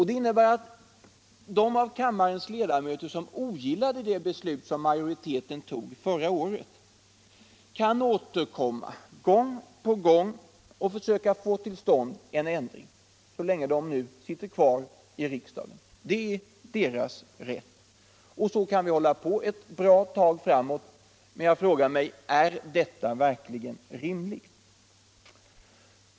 Det innebär att de av kammarens ledamöter som ogillade det beslut majoriteten tog förra året kan återkomma gång på gång och försöka få till stånd en ändring så länge de nu sitter kvar I riksdagen. Det är deras rätt. Så kan vi hålla på ett bra tag framåt. Men jag frågar mig: Är detta verkligen rimligt?